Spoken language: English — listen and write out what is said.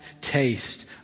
taste